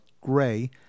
Gray